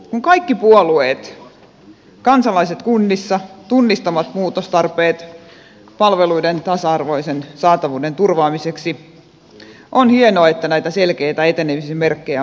kun kaikki puolueet kansalaiset kunnissa tunnistavat muutostarpeet palveluiden tasa arvoisen saatavuuden turvaamiseksi on hienoa että näitä selkeitä etenemisen merkkejä on taas otettu